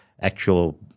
actual